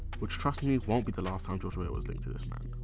which trust me, won't be the last time george weah was linked to this man.